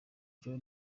joe